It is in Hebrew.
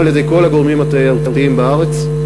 על-ידי כל הגורמים התיירותיים בארץ,